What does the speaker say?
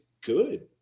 good